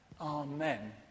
Amen